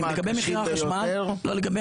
לגבי